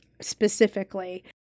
specifically